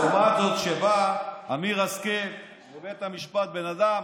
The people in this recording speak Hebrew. לעומת זאת, כשבא אמיר השכל לבית המשפט, בן אדם